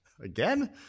Again